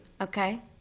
Okay